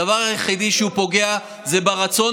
הדבר היחידי שהוא פוגע בו זה ברצון